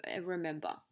remember